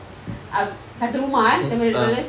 ab~ satu rumah eh seven hundred dollars